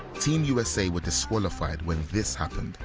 team usa were disqualified when this happened.